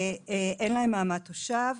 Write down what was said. ואין להם מעמד תושב.